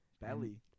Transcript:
Belly